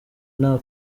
nta